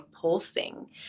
pulsing